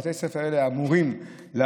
את בתי הספר אמורים להעתיק